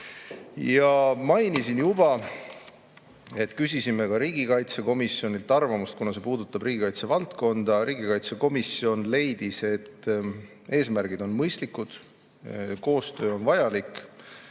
Mainisin juba, et küsisime ka riigikaitsekomisjonilt arvamust, kuna see puudutab riigikaitsevaldkonda. Riigikaitsekomisjon leidis, et eesmärgid on mõistlikud, koostöö on vajalik.